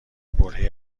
برههای